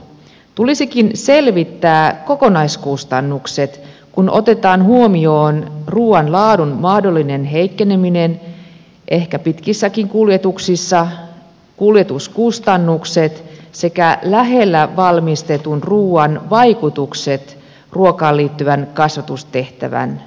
tulisikin selvittää kokonaiskustannukset kun otetaan huomioon ruuan laadun mahdollinen heikkeneminen ehkä pitkissäkin kuljetuksissa kuljetuskustannukset sekä lähellä valmistetun ruuan vaikutukset ruokaan liittyvän kasvatustehtävän onnistumiseen